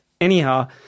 Anyhow